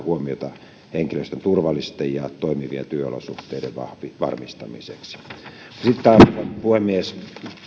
huomiota henkilöstön turvallisten ja toimivien työolosuhteiden varmistamiseksi sitten arvoisa puhemies